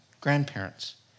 grandparents